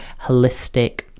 holistic